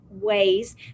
Ways